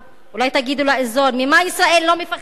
אולי תגידו לאזור, ממה ישראל לא מפחדת.